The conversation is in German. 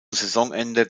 saisonende